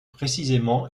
précisément